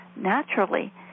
naturally